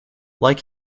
like